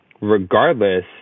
regardless